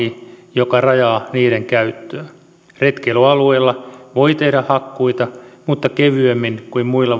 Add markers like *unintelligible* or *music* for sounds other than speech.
joka rajaa niiden käyttöä retkeilyalueilla voi tehdä hakkuita mutta kevyemmin kuin muilla *unintelligible*